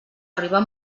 arribar